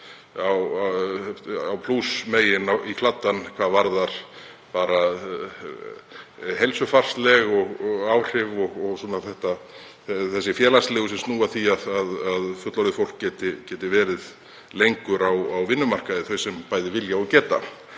plúsmegin í kladdann hvað varðar heilsufarsleg áhrif og þau félagslegu sem snúa að því að fullorðið fólk geti verið lengur á vinnumarkaði, þau sem bæði vilja og geta.